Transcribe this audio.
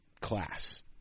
class